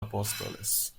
apóstoles